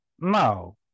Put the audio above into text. No